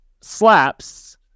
slaps